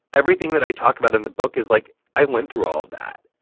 everything that i talk about in the book is, like, i went through all of that.